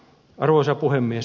arvoisa puhemies